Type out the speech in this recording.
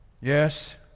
Yes